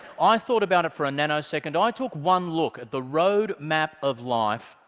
i thought about it for a nanosecond. i took one look at the road map of life,